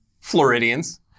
Floridians